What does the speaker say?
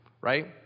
right